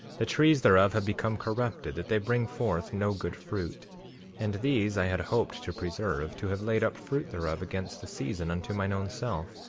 the trees thereof have become corrupted, that they bring forth no good fruit and these i had hoped to preserve, to have laid up fruit thereof against the season, unto mine own self.